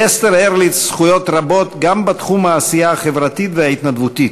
לאסתר הרליץ זכויות רבות גם בתחום העשייה החברתית וההתנדבותית.